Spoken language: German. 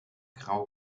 grau